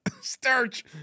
starch